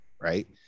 right